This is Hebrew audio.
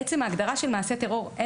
עצם ההגדרה של מעשה טרור,